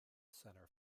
centre